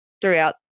throughout